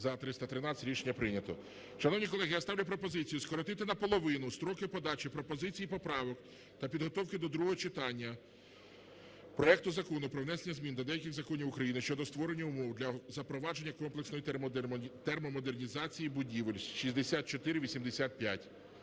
За-313 Рішення прийнято. Шановні колеги, я ставлю пропозицію скоротити наполовину строки подачі пропозицій і поправок та підготовки до другого читання проекту Закону про внесення змін до деяких законів України щодо створення умов для запровадження комплексної термомодернізації будівель (6485).